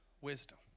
wisdom